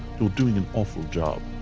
you're doing an awful job.